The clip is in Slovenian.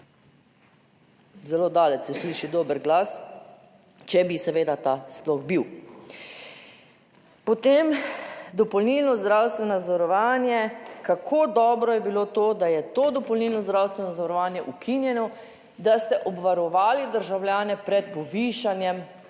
Zelo daleč se sliši dober glas, če bi seveda ta sploh bil. Potem dopolnilno zdravstveno zavarovanje, kako dobro je bilo to, da je to dopolnilno zdravstveno zavarovanje ukinjeno, da ste obvarovali državljane pred povišanjem